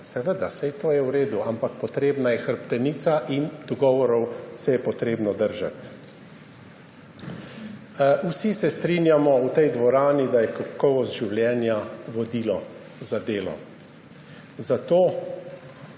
Seveda, saj to je v redu, ampak potrebna je hrbtenica in dogovorov se je potrebno držati. Vsi v tej dvorani se strinjamo, da je kakovost življenja vodilo za delo. Zato